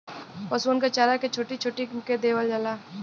पसुअन क चारा के छोट्टी छोट्टी कै देवल जाला